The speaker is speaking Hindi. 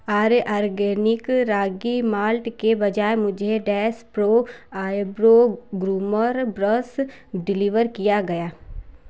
आर्य आर्गेनिक रागी माल्ट के बजाय मुझे dash pro eyebrow groomer brush deliver किया गया